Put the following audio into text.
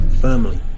firmly